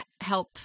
help